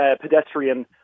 pedestrian